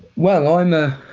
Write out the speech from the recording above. well on the